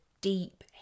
deep